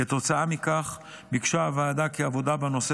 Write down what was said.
כתוצאה מכך ביקשה הוועדה כי העבודה בנושא